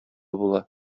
була